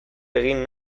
egin